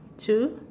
to